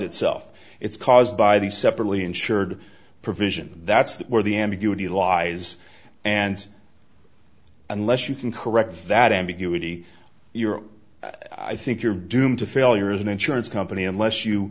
closet self it's caused by the separately insured provision that's where the ambiguity lies and unless you can correct that ambiguity you're i think you're doomed to failure as an insurance company unless you